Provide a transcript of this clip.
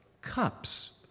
cups